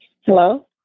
Hello